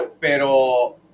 Pero